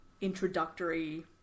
introductory